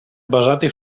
basati